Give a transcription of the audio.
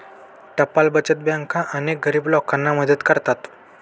टपाल बचत बँका अनेक गरीब लोकांना मदत करतात